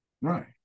Right